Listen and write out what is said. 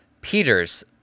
Peter's